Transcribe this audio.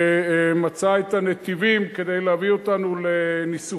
שמצא את הנתיבים כדי להביא אותנו לניסוחים